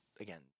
again